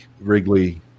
Wrigley